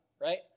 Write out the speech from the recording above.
right